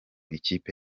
ikipe